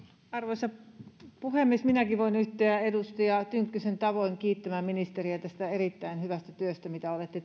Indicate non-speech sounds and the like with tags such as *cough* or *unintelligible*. arvoisa puhemies minäkin voin yhtyä edustaja tynkkysen tavoin kiittämään ministeriä tästä erittäin hyvästä työstä mitä olette *unintelligible*